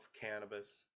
cannabis